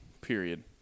period